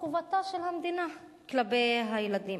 את חובתה של המדינה כלפי הילדים.